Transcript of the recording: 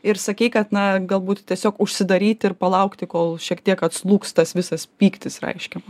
ir sakei kad na galbūt tiesiog užsidaryti ir palaukti kol šiek tiek atslūgs tas visas pyktis reiškia